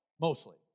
mostly